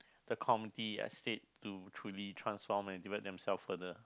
the community at stake to truly transform and divert themselves further